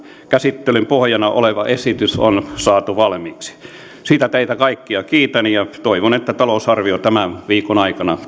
käsittelyn pohjana oleva esitys on saatu valmiiksi siitä teitä kaikkia kiitän ja toivon että talousarvio tämän viikon aikana